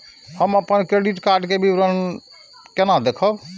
हम अपन credit card के विवरण केना देखब?